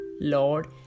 Lord